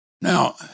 Now